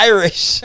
Irish